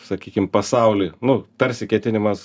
sakykim pasaulį nu tarsi ketinimas